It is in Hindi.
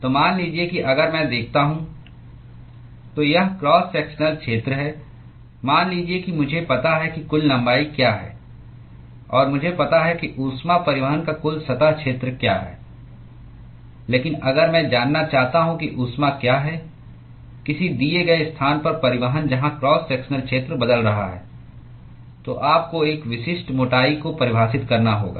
तो मान लीजिए कि अगर मैं देखता हूं तो यह क्रॉस सेक्शनल क्षेत्र है मान लीजिए कि मुझे पता है कि कुल लंबाई क्या है और मुझे पता है कि ऊष्मा परिवहन का कुल सतह क्षेत्र क्या है लेकिन अगर मैं जानना चाहता हूं कि ऊष्मा क्या है किसी दिए गए स्थान पर परिवहन जहां क्रॉस सेक्शनल क्षेत्र बदल रहा है तो आपको एक विशिष्ट मोटाई को परिभाषित करना होगा